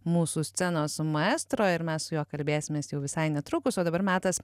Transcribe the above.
mūsų scenos maestro ir mes su juo kalbėsimės jau visai netrukus o dabar metas